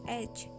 edge